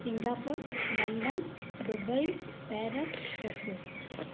Singapore London Dubai Paris Tokyo